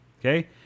Okay